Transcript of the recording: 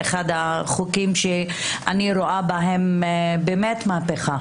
שאני רואה בהם באמת מהפכה.